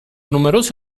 numerosi